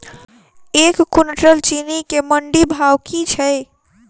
एक कुनटल चीनी केँ मंडी भाउ की छै?